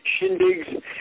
shindigs